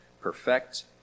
perfect